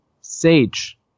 Sage